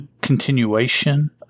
continuation